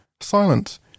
silence